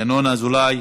ינון אזולאי.